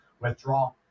withdraw